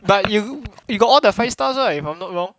but you you got all the five stars right if I'm not wrong